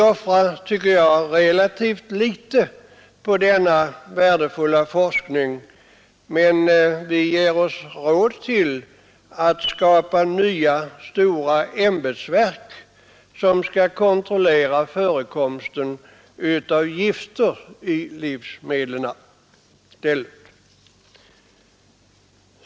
Jag tycker att vi offrar relativt litet på denna värdefulla forskning, men vi ger oss i stället råd att skapa nya stora ämbetsverk, som skall kontrollera förekomsten av gifter i livsmedlen.